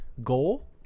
Goal